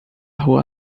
rua